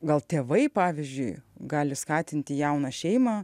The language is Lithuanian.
gal tėvai pavyzdžiui gali skatinti jauną šeimą